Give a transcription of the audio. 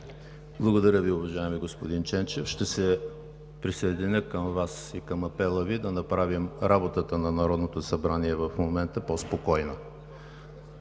Благодаря Ви, уважаеми господин Ченчев. Ще се присъединя към Вас и към апела Ви да направим работата на Народното събрание в момента по-спокойна.